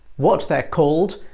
what they're called,